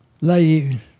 lady